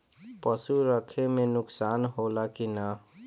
पशु रखे मे नुकसान होला कि न?